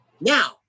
Now